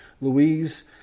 Louise